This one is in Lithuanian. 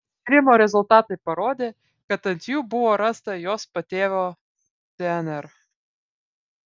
tyrimo rezultatai parodė kad ant jų buvo rasta jos patėvio dnr